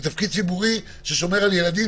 זה תפקיד ציבורי ששומר על ילדים